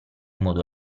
modo